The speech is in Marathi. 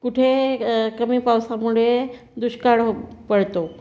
कुठे कमी पावसामुळे दुष्काळ हो पडतो